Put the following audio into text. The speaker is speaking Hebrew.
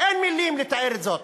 אין מילים לתאר זאת.